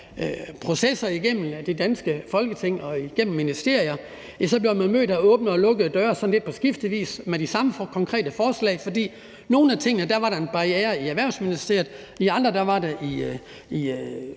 processer igennem det danske Folketing og igennem ministerier. Ja, så blev man mødt af åbne og lukkede døre sådan lidt skiftevis med de samme konkrete forslag, fordi der i forhold til nogle af tingene var en barriere i Erhvervsministeriet, og der i